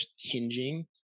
hinging